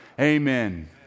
Amen